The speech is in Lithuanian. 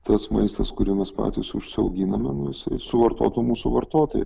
tas maistas kurį mes patys užsiauginame nu jisai suvartotų mūsų vartotojai